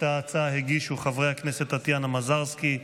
את ההצעה הגישו חברי הכנסת טטיאנה מזרסקי,